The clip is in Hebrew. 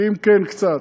ואם כן, קצת.